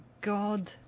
God